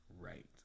Right